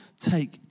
take